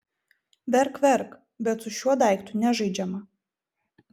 verk verk bet su šiuo daiktu nežaidžiama